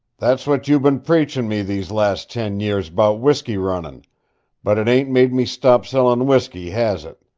that's what you been preachin' me these last ten years about whiskey-runnin but it ain't made me stop sellin' whiskey, has it?